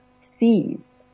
sees